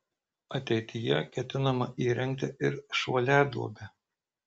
ateityje ketinama įrengti ir šuoliaduobę